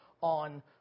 on